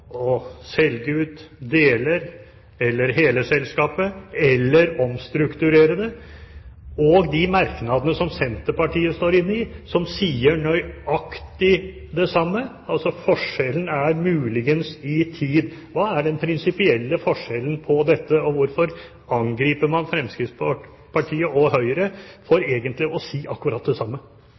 å selge ut deler av eller hele selskapet eller omstrukturere det, uansvarlig? De merknadene som Senterpartiet står inne i, sier nøyaktig det samme. Forskjellen ligger muligens i tid. Hva er den prinsipielle forskjellen, og hvorfor angriper man Fremskrittspartiet og Høyre for egentlig å si akkurat det samme?